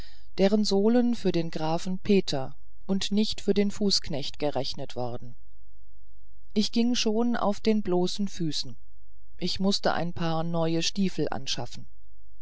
deren sohlen für den grafen peter und nicht für den fußknecht berechnet worden ich ging schon auf den bloßen füßen ich mußte ein paar neue stiefel anschaffen